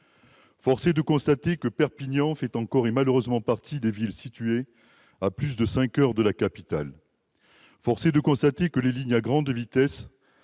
Force est de constater que Perpignan fait encore partie, malheureusement, des villes situées à plus de cinq heures de la capitale. Force est de constater que les lignes à grande vitesse